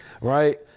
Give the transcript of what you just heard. right